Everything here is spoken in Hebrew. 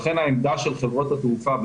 לכן העמדה של חברות התעופה,